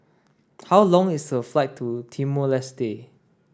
how long is the flight to Timor Leste